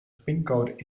pincode